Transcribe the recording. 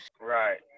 Right